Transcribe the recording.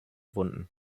wunden